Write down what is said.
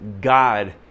God